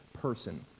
person